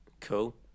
Cool